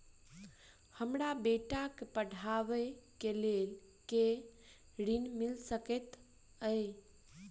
हमरा बेटा केँ पढ़ाबै केँ लेल केँ ऋण मिल सकैत अई?